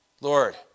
Lord